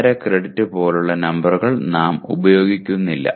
5 credit പോലുള്ള നമ്പറുകൾ നാം ഉപയോഗിക്കുന്നില്ല